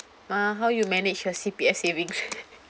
ma how you manage your C_P_F savings